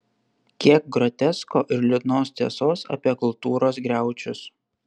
kiek grotesko ir liūdnos tiesos apie kultūros griaučius